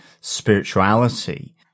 spirituality